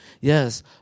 Yes